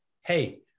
Hey